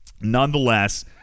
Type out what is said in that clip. nonetheless